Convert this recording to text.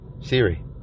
Siri